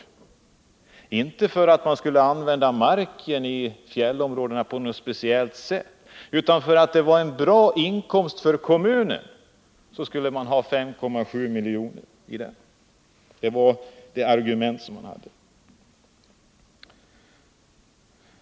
Det argument man hade var inte att man skulle använda marken i fjällområdena på något speciellt sätt, utan det var för att få en bra inkomst till kommunen 201 som man skulle sälja mark för 5,7 milj.kr.